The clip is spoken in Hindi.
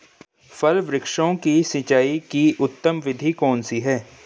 फल वृक्षों की सिंचाई की उत्तम विधि कौन सी है?